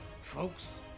Folks